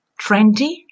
trendy